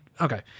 okay